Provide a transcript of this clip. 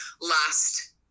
last